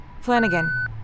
Flanagan